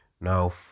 Now